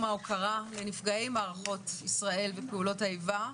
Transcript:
ההוקרה לנפגעי מערכות ישראל ופעולות האיבה,